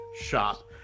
shop